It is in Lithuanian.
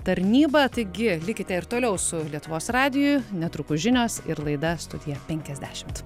tarnyba taigi likite ir toliau su lietuvos radiju netrukus žinios ir laida studija penkiasdešimt